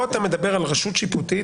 פה אתה מדבר על רשות שיפוטית.